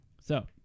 So-